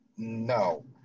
No